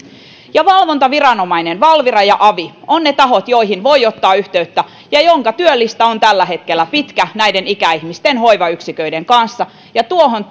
valvontaviranomainen eli valvira ja avi ovat ne tahot joihin voi ottaa yhteyttä ja joidenka työlista on tällä hetkellä pitkä näiden ikäihmisten hoivayksiköiden kanssa ja tuohon